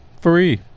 free